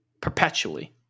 perpetually